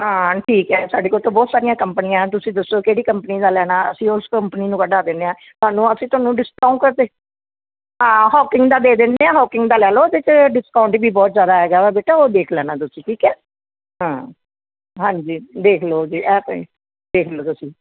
ਹਾਂ ਠੀਕ ਹੈ ਸਾਡੇ ਕੋਲ ਤਾਂ ਬਹੁਤ ਸਾਰੀਆਂ ਕੰਪਨੀਆਂ ਤੁਸੀਂ ਦੱਸੋ ਕਿਹੜੀ ਕੰਪਨੀ ਦਾ ਲੈਣਾ ਅਸੀਂ ਉਸ ਕੰਪਨੀ ਨੂੰ ਕਢਾ ਦਿੰਦੇ ਹਾਂ ਤੁਹਾਨੂੰ ਅਸੀਂ ਤੁਹਾਨੂੰ ਡਿਸਕਾਊਂਟ ਕਰਕੇ ਹਾਂ ਹੋਕਿੰਗ ਦਾ ਦੇ ਦਿੰਦੇ ਹਾਂ ਹੋਕਿੰਗ ਦਾ ਲੈ ਲਓ ਉਹਦੇ 'ਚ ਡਿਸਕਾਊਂਟ ਵੀ ਬਹੁਤ ਜ਼ਿਆਦਾ ਹੈਗਾ ਵਾ ਬੇਟਾ ਉਹ ਦੇਖ ਲੈਣਾ ਤੁਸੀਂ ਠੀਕ ਹੈ ਹਾਂ ਹਾਂਜੀ ਦੇਖ ਲਓ ਜੇ ਹੈ ਤੁਸੀਂ ਦੇਖ ਲਓ ਤੁਸੀਂ